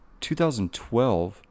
2012